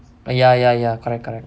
ya ya ya correct correct